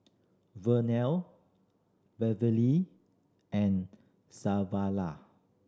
Vernell Beverlee and